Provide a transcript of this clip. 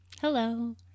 Hello